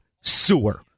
sewer